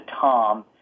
Tom